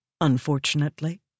unfortunately